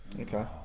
Okay